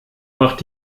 macht